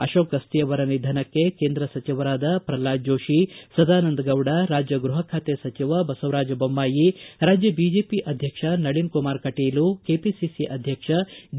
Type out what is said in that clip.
ಅಶೋಕ್ ಗಸ್ತಿಯವರ ನಿಧನಕ್ಕೆ ಕೇಂದ್ರ ಸಚಿವರಾದ ಪ್ರಲ್ಹಾದ್ ಜೋಶಿ ಸದಾನಂದಗೌಡ ರಾಜ್ಯ ಗೃಹ ಖಾತೆ ಸಚಿವ ಬಸವರಾಜ ಬೊಮ್ಮಾಯಿ ರಾಜ್ಯ ಬಿಜೆಪಿ ಅಧ್ಯಕ್ಷ ನಳಿನ್ ಕುಮಾರ್ ಕಟೀಲು ಕೆಪಿಸಿ ಅಧ್ಯಕ್ಷ ಡಿ